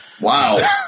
Wow